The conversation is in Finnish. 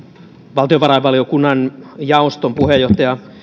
valtiovarainvaliokunnan jaoston puheenjohtaja